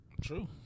True